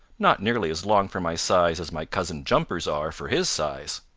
not nearly as long for my size as my cousin jumper's are for his size.